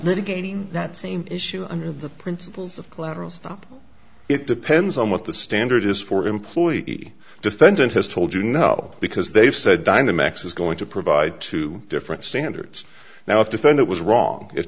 litigating that same issue under the principles of collateral stop it depends on what the standard is for employee defendant has told you no because they've said dynam x is going to provide two different standards now if defend it was wrong i